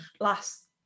last